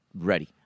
ready